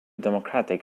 democratic